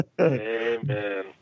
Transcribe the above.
Amen